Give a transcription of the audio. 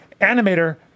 animator